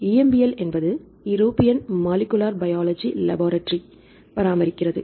EMBL என்பது European molecular biology laboratory பராமரிக்ககிறது